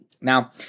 Now